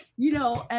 you know,